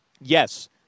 Yes